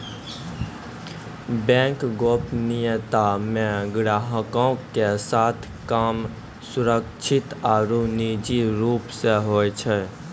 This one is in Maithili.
बैंक गोपनीयता मे ग्राहको के सभ काम सुरक्षित आरु निजी रूप से होय छै